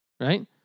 right